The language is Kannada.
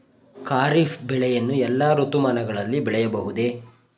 ಖಾರಿಫ್ ಬೆಳೆಯನ್ನು ಎಲ್ಲಾ ಋತುಮಾನಗಳಲ್ಲಿ ಬೆಳೆಯಬಹುದೇ?